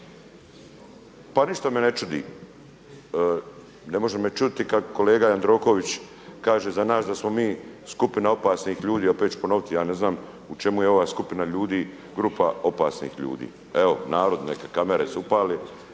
Pa ništa me ne čudi. Ne može me čuditi kad kolega Jandroković kaže za nas da smo mi skupina opasnih ljudi. Opet ću ponoviti. Ja ne znam u čemu je ova skupina ljudi grupa opasnih ljudi. Evo narod neka, kamere se upale